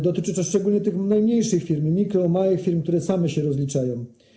Dotyczy to szczególnie tych najmniejszych firm: mikro-, małych firm, które same się rozliczają.